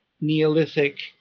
Neolithic